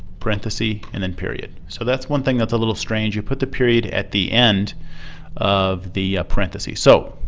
parentheses, and then period. so that's one thing that's a little strange, you put the period at the end of the parentheses. so,